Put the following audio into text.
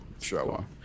Sure